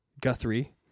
Guthrie